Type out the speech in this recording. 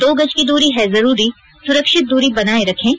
दो गज की दूरी है जरूरी सुरक्षित दूरी बनाए रखें